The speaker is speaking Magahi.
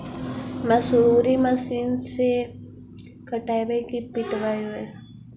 मसुरी मशिन से कटइयै कि पिटबै?